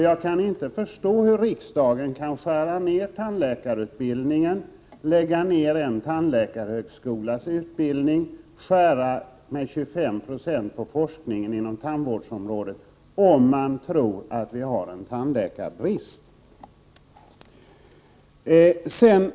Jag kan inte förstå hur riksdagen kan skära ner tandläkarutbildningen, lägga ner en tandläkarhögskolas utbildning och skära ner med 25 Jo forskningen inom tandvårdsområdet om man tror att vi har tandläkarbrist.